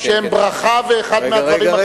שהן ברכה ומהדברים החשובים,